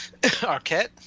Arquette